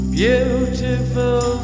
beautiful